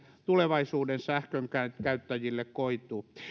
tulevaisuuden sähkönkäyttäjille koituu